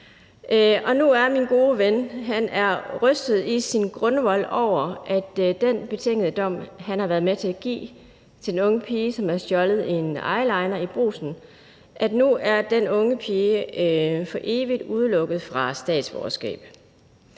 Og nu er min gode ven rystet i sin grundvold over, at den betingede dom, han har været med til at give den unge pige, som havde stjålet en eyeliner i Brugsen, gør, at den unge pige nu for evigt er udelukket fra at få statsborgerskab.